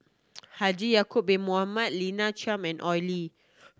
Haji Ya'acob Bin Mohamed Lina Chiam and Oi Lin